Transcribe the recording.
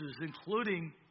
including